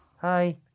Hi